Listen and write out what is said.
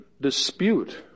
dispute